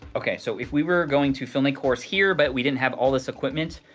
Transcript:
okay, so if we were going to film a course here, but we didn't have all this equipment,